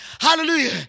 Hallelujah